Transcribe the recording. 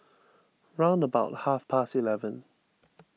round about half past eleven